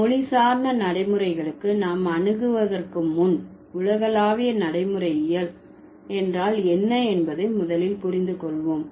மொழிசார்ந்த நடைமுறைகளுக்கு நாம் அணுகுவதற்கு முன் உலகளாவிய நடைமுறையியல் என்றால் என்ன என்பதை முதலில் புரிந்து கொள்வோம்